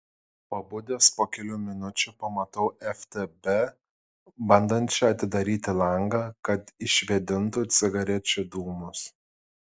pabudęs po kelių minučių pamatau ftb bandančią atidaryti langą kad išvėdintų cigarečių dūmus